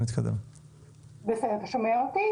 תודה רבה חבר הכנסת גינזבורג.